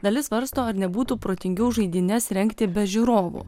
dalis svarsto ar nebūtų protingiau žaidynes rengti be žiūrovų